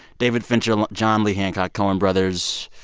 david fincher, um john lee hancock, coen brothers.